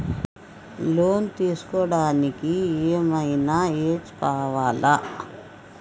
Loan తీస్కోవడానికి ఏం ఐనా ఏజ్ కావాలా?